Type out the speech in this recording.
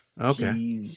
Okay